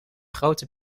grote